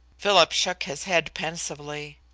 philip shook his head pensively.